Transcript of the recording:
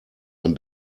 ein